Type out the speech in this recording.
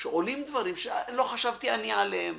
שעולים דברים שלא חשבתי אני עליהם.